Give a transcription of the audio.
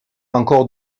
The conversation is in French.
encore